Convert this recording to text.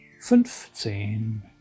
fünfzehn